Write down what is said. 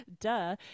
Duh